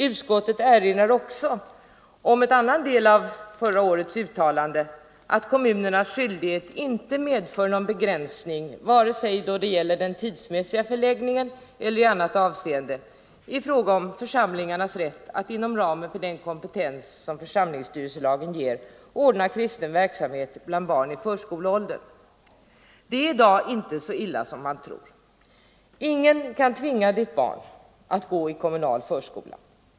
Utskottet erinrar också 27 november 1974 om en annan del av förra årets uttalande: att kommunernas skyldighet inte medför någon begränsning, vare sig då det gäller den tidsmässiga — Förskolan m.m. förläggningen eller i annat avseende, i fråga om församlingarnas rätt att inom ramen för den kompetens som församlingsstyrelselagen ger ordna kristen verksamhet bland barn i förskoleåldern. Det är i dag inte så illa som många tror. Ingen kan tvinga ett barn att gå i kommunal förskola.